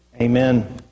Amen